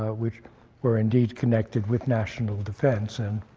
which were indeed connected with national defense, and